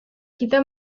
kita